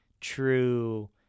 true